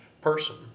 person